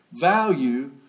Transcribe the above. value